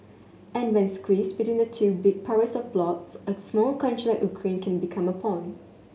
and when squeezed between the two big powers or blocs a smaller country like Ukraine can become a pawn